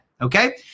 okay